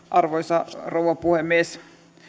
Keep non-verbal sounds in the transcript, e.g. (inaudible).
(unintelligible) arvoisa rouva puhemies